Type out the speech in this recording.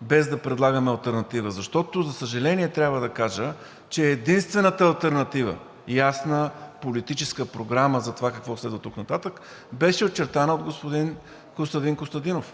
без да предлагаме алтернатива? Защото, за съжаление, трябва да кажа, че единствената алтернатива – ясна политическа програма за това какво следва оттук нататък, беше очертана от господин Костадин Костадинов,